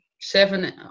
seven